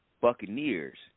Buccaneers